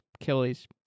Achilles